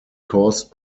caused